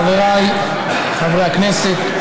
חבריי חברי הכנסת,